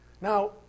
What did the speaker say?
Now